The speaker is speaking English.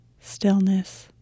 stillness